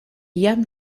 jam